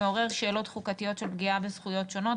זה מעורר שאלות חוקתיות של פגיעה בזכויות שונות,